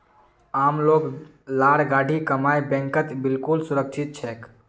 आम लोग लार गाढ़ी कमाई बैंकत बिल्कुल सुरक्षित छेक